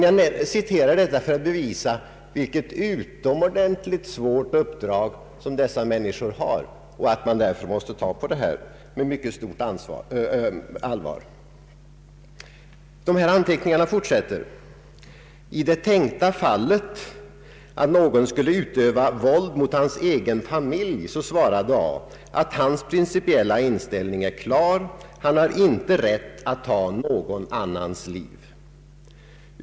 Jag citerar detta för att bevisa vilket utomordentligt svårt uppdrag dessa människor har och att man därför måste behandla detta problem med mycket stort allvar. Anteckningarna fortsätter: ”I det tänkta fallet att någon skulle utöva våld mot hans egen familj svarade A att hans principiella inställning är klar. Han har ingen rätt att ta någon annans liv.